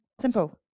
Simple